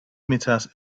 meters